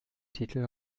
titel